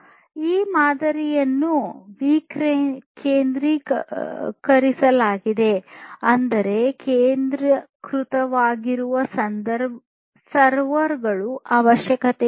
ಈ ಮಾದರಿಯನ್ನು ವಿಕೇಂದ್ರೀಕರಿಸಲಾಗಿದೆ ಅಂದರೆ ಕೇಂದ್ರೀಕೃತವಾಗಿರುವ ಸರ್ವರ್ ಅವಶ್ಯಕತೆಯಿಲ್ಲ